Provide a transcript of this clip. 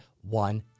one